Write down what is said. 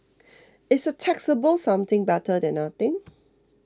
is a taxable something better than nothing